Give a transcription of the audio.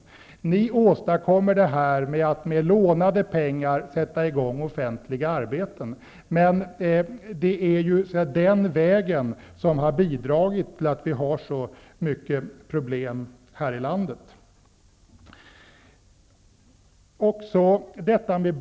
Socialdemokraterna vill åstadkomma detta genom att med lånade pengar sätt i gång offentliga arbeten, men det är ju den vägen som har bidragit till att vi har så stora problem här i landet.